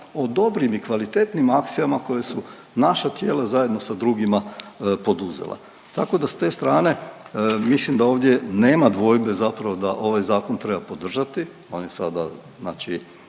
o dobrim i kvalitetnim akcijama koja su naša tijela zajedno sa drugima poduzela, tako da s te strane mislim da ovdje nema dvojbe da ovaj zakon treba podržati. On je sada znači